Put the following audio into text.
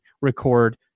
record